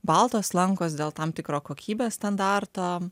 baltos lankos dėl tam tikro kokybės standarto